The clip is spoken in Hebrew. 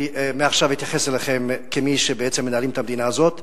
מעכשיו אני אתייחס אליכם כמי שבעצם מנהלים את המדינה הזאת,